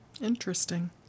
Interesting